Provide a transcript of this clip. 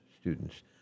students